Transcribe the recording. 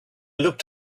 looked